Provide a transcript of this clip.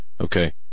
Okay